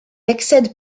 accède